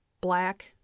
black